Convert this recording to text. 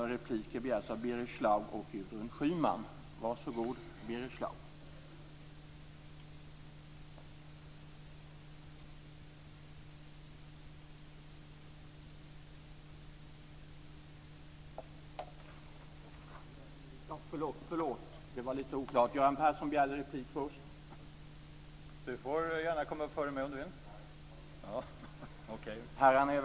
Herr talman!